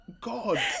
God